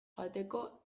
joateko